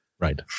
Right